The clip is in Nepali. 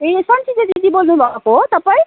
ए सन्जिता दिदी बोल्नुभएको हो तपाईँ